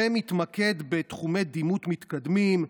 שמתמקד בתחומי דימות מתקדמים,